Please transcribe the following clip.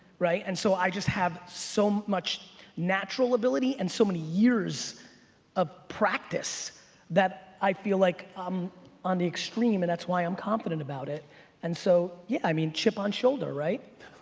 right? and so i just have so much natural ability and so many years of practice that i feel like i'm on the extreme and that's why i'm confident about it and so yeah, i mean, chip on shoulder right?